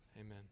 Amen